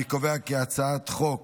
אני קובע כי הצעת חוק